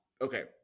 Okay